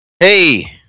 Hey